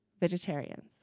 vegetarians